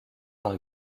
par